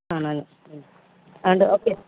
ആണ് ഉണ്ട് ഓക്കെ